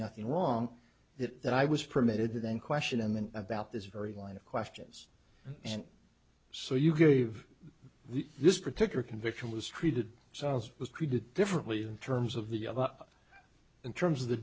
nothing wrong that i was permitted to then question and then about this very line of questions and so you gave this particular conviction was treated sounds was treated differently in terms of the up in terms of the